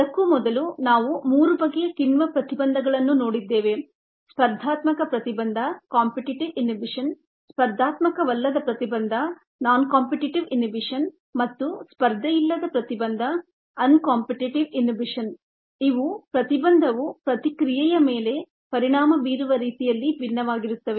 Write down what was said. ಅದಕ್ಕೂ ಮೊದಲು ಈ ಉಪನ್ಯಾಸದಲ್ಲಿಯೇ ನಾವು ಮೂರು ಬಗೆಯ ಕಿಣ್ವ ಪ್ರತಿಬಂಧಗಳನ್ನು ನೋಡಿದ್ದೇವೆ ಸ್ಪರ್ಧಾತ್ಮಕ ಪ್ರತಿಬಂಧ ಸ್ಪರ್ಧಾತ್ಮಕವಲ್ಲದ ಪ್ರತಿಬಂಧ ಮತ್ತು ಸ್ಪರ್ಧೆಯಿಲ್ಲದ ಪ್ರತಿಬಂಧ ಇವು ಪ್ರತಿಬಂಧವು ಪ್ರತಿಕ್ರಿಯೆಯ ಮೇಲೆ ಪರಿಣಾಮ ಬೀರುವ ರೀತಿಯಲ್ಲಿ ಭಿನ್ನವಾಗಿರುತ್ತವೆ